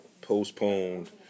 postponed